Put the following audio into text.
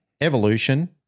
Evolution